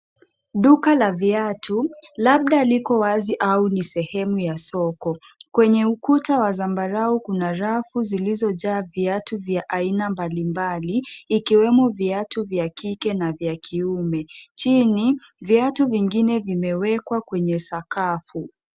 Duka la viatu, labda liko wazi au ni sehemu ya soko. Kwenye ukuta wa zambarau kuna rafu zilizojaa viatu vya aina mbalimbali, ikiwemo viatu vya kike na vya kiume. Chini, viatu vingine vimewekwa kwenye sakafu.